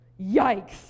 Yikes